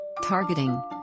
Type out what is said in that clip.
Targeting